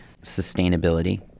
Sustainability